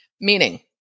Meaning